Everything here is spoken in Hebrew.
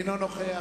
אינו נוכח